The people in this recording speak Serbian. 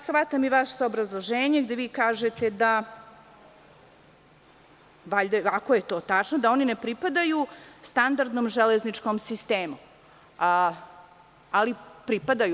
Shvatam i vaše obrazloženje gde vi kažete, ako je to tačno, da oni ne pripadaju standardnom železničkom sistemu, ali pripadaju.